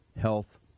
health